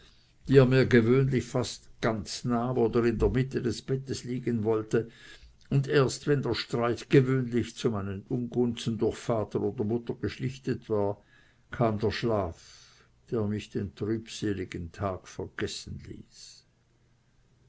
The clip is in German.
die er mir gewöhnlich fast ganz nahm oder in der mitte des bettes liegen wollte und erst wenn der streit gewöhnlich zu meinen ungunsten durch vater oder mutter geschlichtet war kam der schlaf der mich den trübseligen tag vergessen ließ